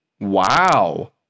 wow